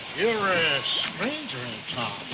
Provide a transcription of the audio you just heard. you're a stranger in